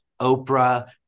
Oprah